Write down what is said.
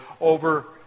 over